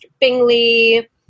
Bingley